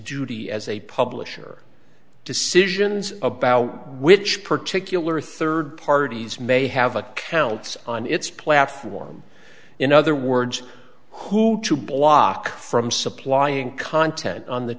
duty as a publisher decisions about which particular third parties may have accounts on its platform in other words who to block from supplying content on the